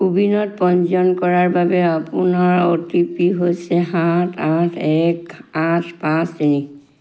কোৱিনত পঞ্জীয়ন কৰাৰ বাবে আপোনাৰ অ'টিপি হৈছে সাত আঠ এক আঠ পাঁচ তিনি